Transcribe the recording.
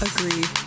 Agreed